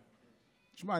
תשמע,